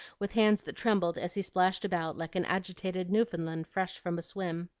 with hands that trembled as he splashed about like an agitated newfoundland fresh from a swim.